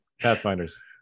pathfinders